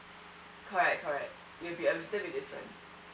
correct correct it will be a little bit different